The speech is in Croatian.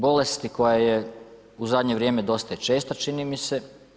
Bolesti koja je u zadnje vrijeme dosta i česta, čini mi se.